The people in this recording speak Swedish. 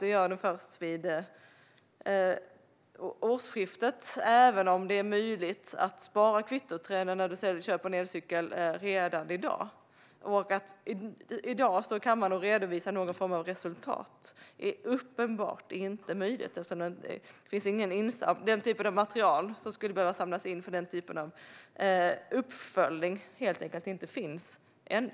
Det gör den först vid årsskiftet, även om det är möjligt att spara kvittot om man köper en elcykel redan i dag. Att redovisa någon form av resultat i dag är uppenbart inte möjligt, för det som skulle behöva samlas in för den typen av uppföljning finns helt enkelt inte ännu.